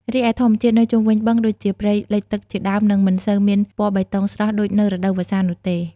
រីឯធម្មជាតិនៅជុំវិញបឹង ដូចជាព្រៃលិចទឹកជាដើម នឹងមិនសូវមានពណ៌បៃតងស្រស់ដូចនៅរដូវវស្សានោះទេ។